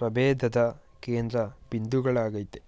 ಪ್ರಭೇಧದ ಕೇಂದ್ರಬಿಂದುಗಳಾಗಯ್ತೆ